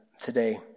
today